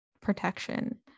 protection